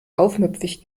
aufmüpfig